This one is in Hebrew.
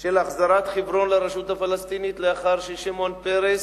של החזרת חברון לרשות הפלסטינית, לאחר ששמעון פרס,